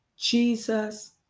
Jesus